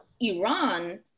Iran